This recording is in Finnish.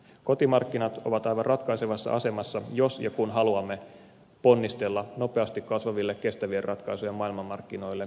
kotimarkkinat ovat aivan ratkaisevassa asemassa jos ja kun haluamme ponnistella nopeasti kasvaville kestävien ratkaisujen maailmanmarkkinoille